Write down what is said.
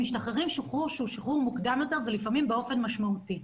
משתחררים שחרור שהוא שחרור מוקדם יותר ולפעמים באופן משמעותי.